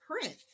print